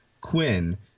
Quinn